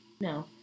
No